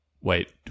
Wait